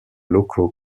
locaux